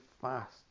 fast